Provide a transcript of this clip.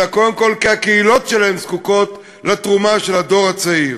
אלא קודם כול כי הקהילות שלהם זקוקות לתרומה של הדור הצעיר.